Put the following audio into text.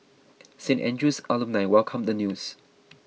Saint Andrew's alumni welcomed the news